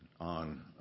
on